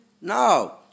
No